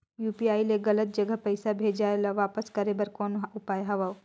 UPI ले गलत जगह पईसा भेजाय ल वापस करे बर कौन उपाय हवय?